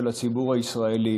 של הציבור הישראלי.